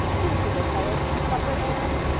do give a fellow some supper, anne.